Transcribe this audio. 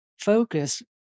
focus